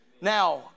Now